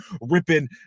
ripping